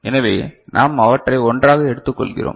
எனவே நாம் அவற்றை ஒன்றாக எடுத்துக் கொள்கிறோம்